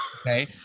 okay